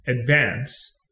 advance